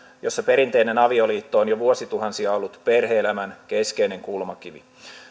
jossa perinteinen avioliitto on jo vuosituhansia ollut perhe elämän keskeinen kulmakivi